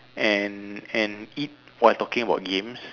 and and eat while talking about games